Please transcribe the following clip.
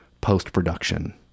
post-production